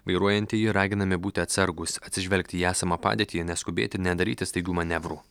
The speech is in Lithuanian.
vairuojantieji raginami būti atsargūs atsižvelgti į esamą padėtį neskubėti nedaryti staigių manevrų